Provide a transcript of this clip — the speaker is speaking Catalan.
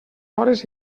hores